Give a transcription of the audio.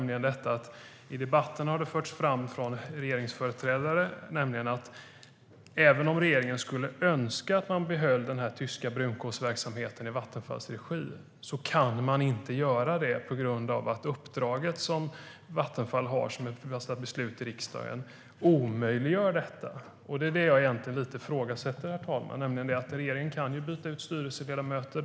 I debatten har det förts fram från regeringsföreträdare att även om regeringen skulle önska att man behöll den tyska brunkolsverksamheten i Vattenfalls regi kan man inte göra det på grund av att uppdraget som Vattenfall har som det har fattats beslut om i riksdagen omöjliggör detta. Det är detta jag lite ifrågasätter. Regeringen kan byta ut styrelseledamöter.